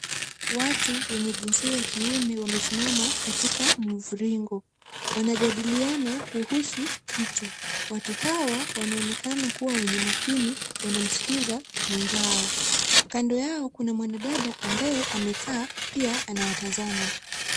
Watu wenye jinsia ya kiume wamesimama katika mviringo. Wanajadiliana kuhusu kitu. Watu hawa wanaonekana kuwa wenye makini wanamskiza mwenzao. Kando yao kuna mwanadada ambaye amekaa pia anawatazama.